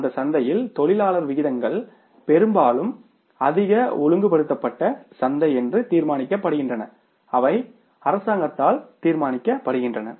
அந்த சந்தையில் தொழிலாளர் விகிதங்கள் பெரும்பாலும் அதிக ஒழுங்குபடுத்தப்பட்ட சந்தை என்று தீர்மானிக்கப்படுகின்றன அவை அரசாங்கத்தால் தீர்மானிக்கப்படுகின்றன